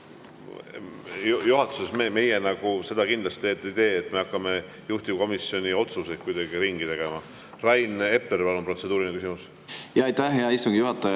Juhatuses meie seda kindlasti ei tee, et me hakkame juhtivkomisjoni otsuseid kuidagi ringi tegema. Rain Epler, palun, protseduuriline küsimus! Aitäh, hea istungi juhataja!